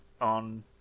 On